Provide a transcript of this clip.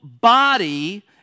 body